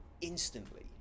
instantly